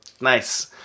Nice